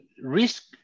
risk